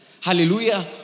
Hallelujah